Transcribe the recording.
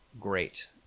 great